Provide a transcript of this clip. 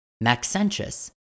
Maxentius